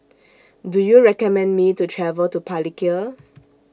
Do YOU recommend Me to travel to Palikir